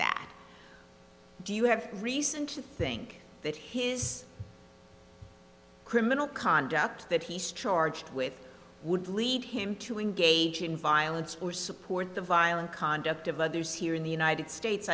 that do you have reason to think that his criminal conduct that he's charged with would lead him to engage in violence or support the violent conduct of others here in the united states